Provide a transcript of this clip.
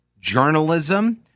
journalism